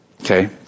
okay